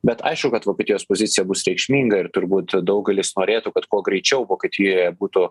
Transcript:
bet aišku kad vokietijos pozicija bus reikšminga ir turbūt daugelis norėtų kad kuo greičiau vokietijoje būtų